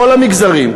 כל המגזרים,